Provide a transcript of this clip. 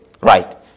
Right